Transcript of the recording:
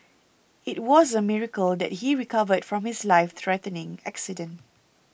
it was a miracle that he recovered from his life threatening accident